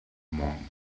among